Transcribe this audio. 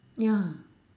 ya